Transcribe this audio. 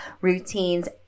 routines